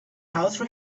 house